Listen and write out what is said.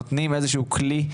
נותנים איזה שהוא כלי,